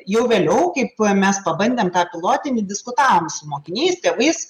jau vėliau kaip mes pabandėm tą pilotinį diskutavom su mokiniais tėvais